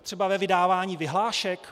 Třeba ve vydávání vyhlášek?